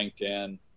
LinkedIn